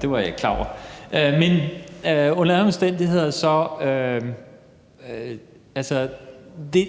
det var jeg ikke klar over. Men under alle omstændigheder